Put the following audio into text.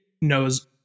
knows